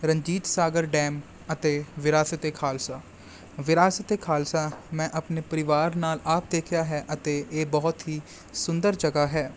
Ranjit Sagar dam ਅਤੇ ਵਿਰਾਸਤ ਏ ਖਾਲਸਾ ਵਿਰਾਸਤ ਏ ਖਾਲਸਾ ਮੈਂ ਆਪਣੇ ਪਰਿਵਾਰ ਨਾਲ ਆਪ ਦੇਖਿਆ ਹੈ ਅਤੇ ਇਹ ਬਹੁਤ ਹੀ ਸੁੰਦਰ ਜਗ੍ਹਾ ਹੈ